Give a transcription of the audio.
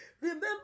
Remember